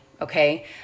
okay